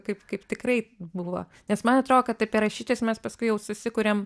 kaip kaip tikrai buvo nes man atrodo kad apie rašytojus mes paskui jau susikuriam